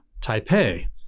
Taipei